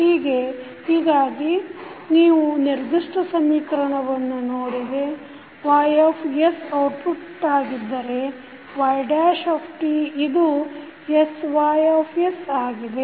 ಹೀಗಾಗಿ ನೀವು ನಿರ್ದಿಷ್ಟ ಸಮೀಕರಣವನ್ನು ನೋಡಿದೆ Ys ಔಟ್ಪುಟ್ಟಾಗಿದ್ದರೆ yt ಇದು sY ಆಗಿದೆ